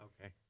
okay